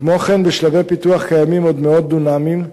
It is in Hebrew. כמו כן, בשלבי פיתוח קיימים עוד מאות דונמים,